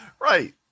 right